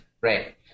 Right